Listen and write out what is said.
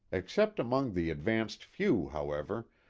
except among the advanced few, however,